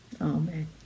amen